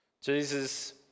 Jesus